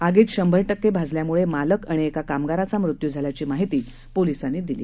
आगीत शंभर टक्के भाजल्याने मालक आणि एका कामगाराचा मृत्यू झाल्याची माहिती पोलिसांनी दिली